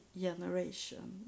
generation